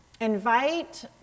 invite